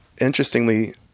Interestingly